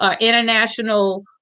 international